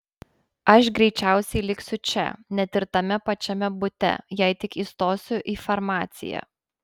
aš greičiausiai liksiu čia net ir tame pačiame bute jei tik įstosiu į farmaciją